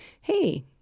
hey